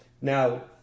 Now